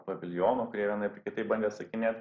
paviljonų kurie vienaip ar kitaip bandė atsakinėt